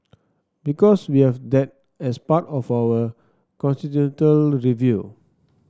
because we have that as part of our constitutional review